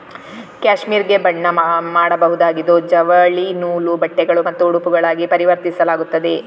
cashmere ಗೆ ಬಣ್ಣ ಮಾಡಬಹುದಾಗಿದ್ದು ಜವಳಿ ನೂಲು, ಬಟ್ಟೆಗಳು ಮತ್ತು ಉಡುಪುಗಳಾಗಿ ಪರಿವರ್ತಿಸಲಾಗುತ್ತದೆ